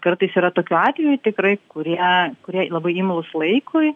kartais yra tokių atvejų tikrai kurie kurie labai imlūs laikui